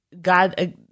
God